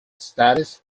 status